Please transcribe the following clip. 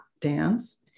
dance